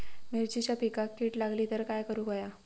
मिरचीच्या पिकांक कीड लागली तर काय करुक होया?